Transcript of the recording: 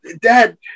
Dad